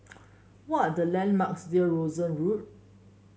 what are the landmarks near Rosyth Road